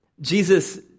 Jesus